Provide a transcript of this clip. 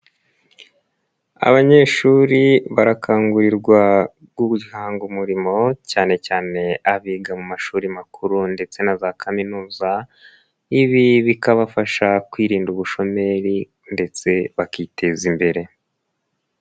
Abanyeshuri barakangurirwa guhanga umurimo cyane cyane abiga mu mashuri makuru ndetse na za kaminuza, ibi bikabafasha kwirinda ubushomeri ndetse bakiteza imbere.